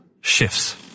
shifts